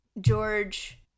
George